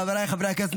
חבריי חברי הכנסת,